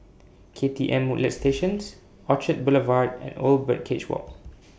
K T M Woodlands Station Orchard Boulevard and Old Birdcage Walk